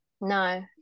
no